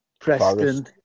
Preston